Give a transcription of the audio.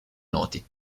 noti